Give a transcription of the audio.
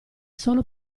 solo